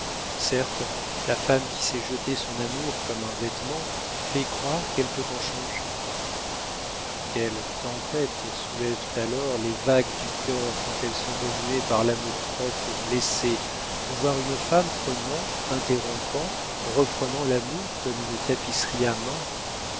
certes la femme qui sait jeter son amour comme un vêtement fait croire qu'elle peut en changer quelles tempêtes soulèvent alors les vagues du cœur quand elles sont remuées par l'amour-propre blessé de voir une femme prenant interrompant reprenant l'amour comme une tapisserie à main